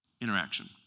interaction